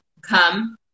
come